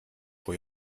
for